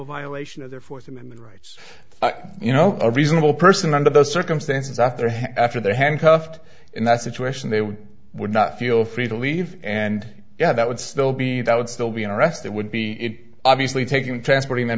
a violation of their fourth amendment rights you know a reasonable person under those circumstances after him after they're handcuffed in that situation they would not feel free to leave and yeah that would still be that would still be an arrest that would be it obviously taking transporting